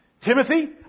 Timothy